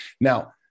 Now